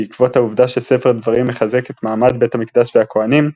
בעקבות העובדה שספר דברים מחזק את מעמד בית המקדש והכהנים,